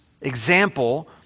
example